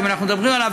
אם אנחנו מדברים עליו,